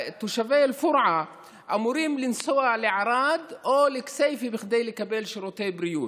תושבי אל-פורעה אמורים לנסוע לערד או לכסייפה כדי לקבל שירותי בריאות.